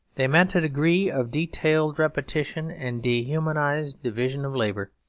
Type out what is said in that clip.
they meant a degree of detailed repetition and dehumanised division of labour,